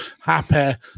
happy